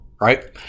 right